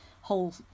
whole